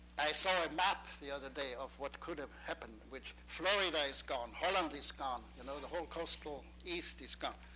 i saw a map the other day of what could have happened, which florida is gone, holland is gone, you know the whole coastal east is gone.